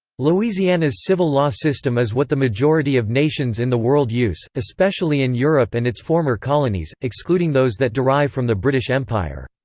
louisiana's civil law system is what the majority of nations in the world use, especially in europe and its former colonies, excluding those that derive from the british empire.